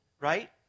right